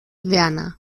werner